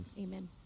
Amen